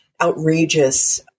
outrageous